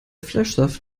fleischsaft